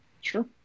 Sure